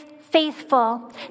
faithful